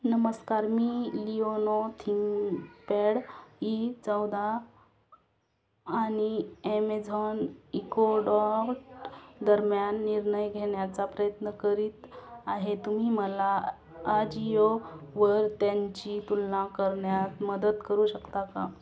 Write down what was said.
नमस्कार मी Lenovo ThinkPad E चौदा आणि ॲमेझॉन इको डॉट दरम्यान निर्णय घेण्याचा प्रयत्न करीत आहे तुम्ही मला आजिओवर त्यांची तुलना करण्यात मदत करू शकता का